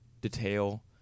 detail